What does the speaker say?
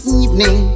evening